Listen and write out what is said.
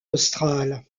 australe